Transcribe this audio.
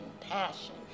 passion